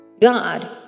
God